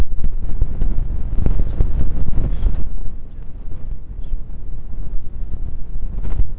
जांतव रेशे जंतुओं के रेशों से प्राप्त किया जाता है